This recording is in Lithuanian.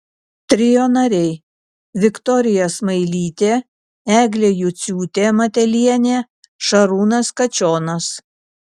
trio nariai viktorija smailytė eglė juciūtė matelienė šarūnas kačionas